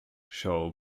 show